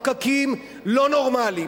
הפקקים לא נורמליים.